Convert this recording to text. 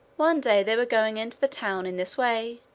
one day they were going into the town in this way,